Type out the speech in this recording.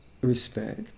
respect